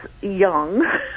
young